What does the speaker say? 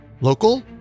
Local